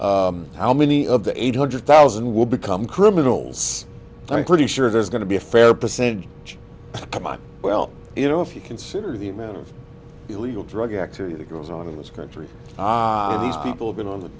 titled how many of the eight hundred thousand will become criminals thanks to the sure there's going to be a fair percentage well you know if you consider the amount of illegal drug activity that goes on in this country these people have been on the